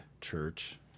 Church